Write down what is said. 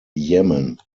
yemen